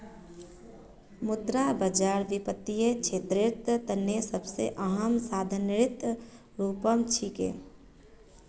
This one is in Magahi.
मुद्रा बाजार वित्तीय क्षेत्रेर तने सबसे अहम साधनेर रूपत छिके